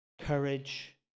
Courage